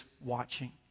watching